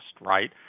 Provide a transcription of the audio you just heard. right